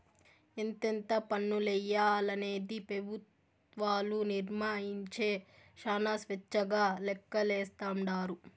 ఎంతెంత పన్నులెయ్యాలనేది పెబుత్వాలు నిర్మయించే శానా స్వేచ్చగా లెక్కలేస్తాండారు